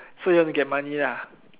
so you want to get money lah